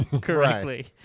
correctly